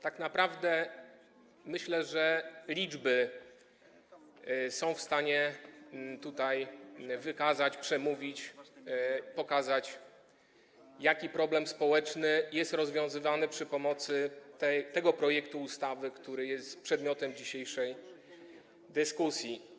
Tak naprawdę myślę, że liczby są w stanie wykazać, przemówić, pokazać, jaki problem społeczny jest rozwiązywany za pomocą tego projektu ustawy, który jest przedmiotem dzisiejszej dyskusji.